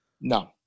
No